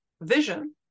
vision